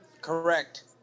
Correct